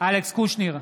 אלכס קושניר,